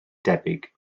debyg